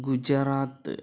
Gujarat